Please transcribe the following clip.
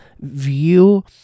view